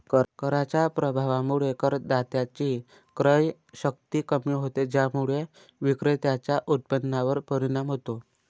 कराच्या प्रभावामुळे करदात्याची क्रयशक्ती कमी होते, ज्यामुळे विक्रेत्याच्या उत्पन्नावर परिणाम होतो